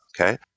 okay